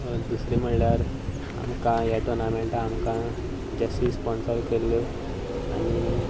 दुसरें म्हणल्यार आमकां ह्या टोर्नामेंटा आमकां जर्सीस स्पोन्सर केल्ल्यो आनी